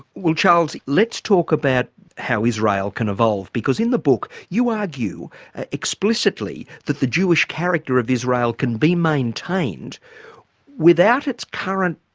well charles, let's talk about how israel can evolve because in the book you argue ah explicitly that the jewish character of israel can be maintained without its current,